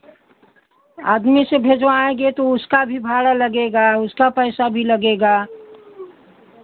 आदमी से भिजवाएँगे तो उसका भी भाड़ा लगेगा उसका पैसा भी लगेगा